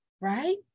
right